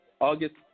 August